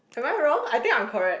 am I wrong I think I'm correct